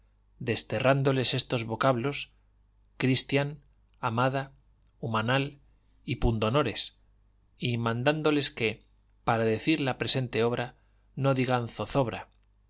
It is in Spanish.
casos desterrándoles estos vocablos cristián amada humanal y pundonores y mandándoles que para decir la presente obra no digan zozobra